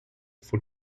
for